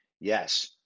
Yes